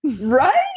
Right